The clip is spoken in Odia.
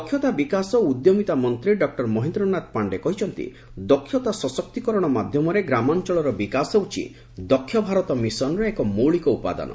ଦକ୍ଷତା ବିକାଶ ଓ ଉଦ୍ୟମିତା ମନ୍ତ୍ରୀ ଡକ୍ଟର ମହେନ୍ଦ୍ରନାଥ ପାଣ୍ଡେ କହିଛନ୍ତି ଦକ୍ଷତା ସଶକ୍ତୀକରଣ ମାଧ୍ୟମରେ ଗ୍ରାମାଞ୍ଚଳର ବିକାଶ ହେଉଛି ଦକ୍ଷ ଭାରତ ମିଶନ୍ର ଏକ ମୌଳିକ ଉପାଦାନ